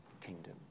kingdom